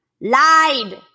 lied